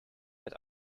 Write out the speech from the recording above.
that